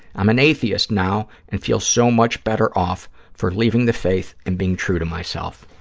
i'm an atheist now and feel so much better off for leaving the faith and being true to myself.